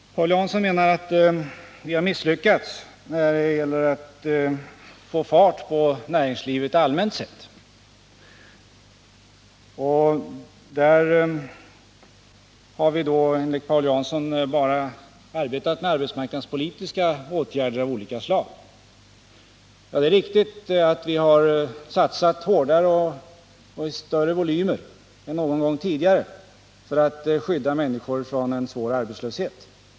Paul Jansson menar att vi har misslyckats när det gäller att få fart på näringslivet allmänt sett. Enligt Paul Jansson har vi bara arbetat med arbetsmarknadspolitiska åtgärder av olika slag. Det är riktigt att vi har satsat hårdare och i större volymer än någon gång tidigare för att skydda människor från en svår arbetslöshet.